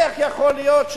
איך יכול להיות,